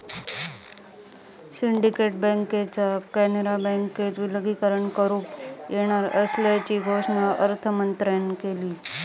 syndicate बँकेचा कॅनरा बँकेत विलीनीकरण करुक येणार असल्याची घोषणा अर्थमंत्र्यांन केली